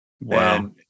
Wow